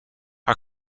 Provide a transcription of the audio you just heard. are